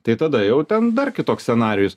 tai tada jau ten dar kitoks scenarijus